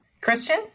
Christian